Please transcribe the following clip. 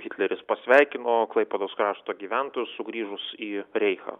hitleris pasveikino klaipėdos krašto gyventojus sugrįžus į reichą